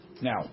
now